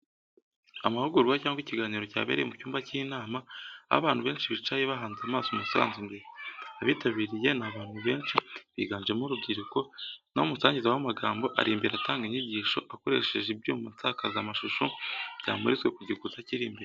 Amahugurwa cyangwa ikiganiro cyabereye mu cyumba cy’inama, aho abantu benshi bicaye bahanze amaso umusanzwe imbere. Abitabiriye ni abantu benshi, biganjemo urubyiruko, na ho umusangiza w'amagambo ari imbere atanga inyigisho, akoresheje ibyuma nsakazamashusho byamuritswe ku gikuta kiri imbere.